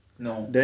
no